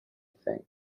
thing